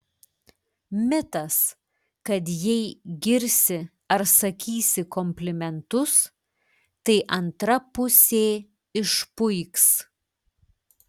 mitas kad jei girsi ar sakysi komplimentus tai antra pusė išpuiks